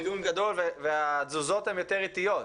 ארגון גדול והתזוזות הן יותר אטיות,